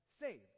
saved